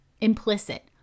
implicit